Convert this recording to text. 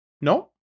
no